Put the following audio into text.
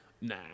Nah